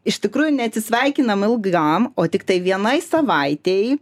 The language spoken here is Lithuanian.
iš tikrųjų neatsisveikinam ilgam o tiktai vienai savaitei